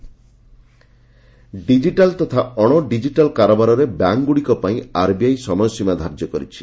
bank payment digital ତଥା ଅଣଡିଜିଟାଲ କାରବାରରେ ବ୍ୟାଙ୍କଗୁଡ଼ିକ ପାଇଁ ଆର୍ବିଆଇ ସମୟସୀମା ଧାର୍ଯ୍ୟ କରିଛି